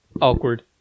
awkward